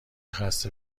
خسته